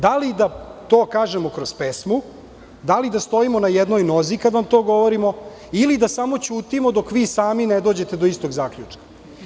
Da li da to kažemo kroz pesmu, da li da stojimo na jednoj nozi kada vam to govorimo ili da samo ćutimo dok vi sami ne dođete do istog zaključka?